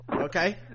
Okay